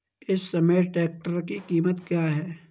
इस समय ट्रैक्टर की कीमत क्या है?